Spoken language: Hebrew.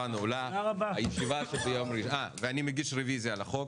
אני מגיש רביזיה על החוק.